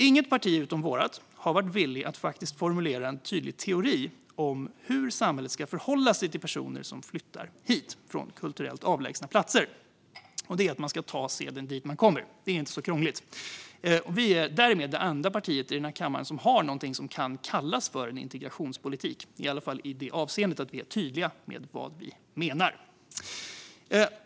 Inget parti utom vårt har varit villigt att faktiskt formulera en tydlig teori om hur samhället ska förhålla sig personer som flyttar hit från kulturellt avlägsna platser. Teorin är att man ska ta seden dit man kommer, så det är inte så krångligt. Vi är därmed det enda partiet i den här kammaren som har något som kan kallas en integrationspolitik, i alla fall i det avseendet att vi är tydliga med vad vi menar.